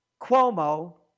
Cuomo